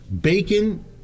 Bacon